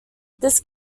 this